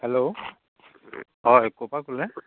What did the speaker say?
hello হয় ক'ৰ পৰা ক'লে